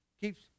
keeps